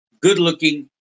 good-looking